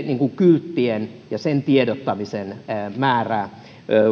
kylttien ja siitä tiedottamisen määrää